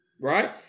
right